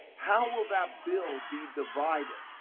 how will that bill be divided?